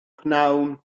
pnawn